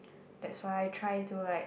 that's why I try to like